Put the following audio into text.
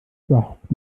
überhaupt